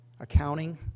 accounting